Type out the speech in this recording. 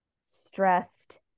stressed